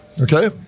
okay